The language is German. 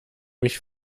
mich